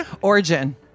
Origin